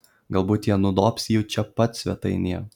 galbūt jie nudobs jį čia pat svetainėje